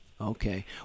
Okay